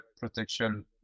protection